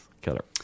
killer